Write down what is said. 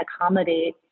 accommodate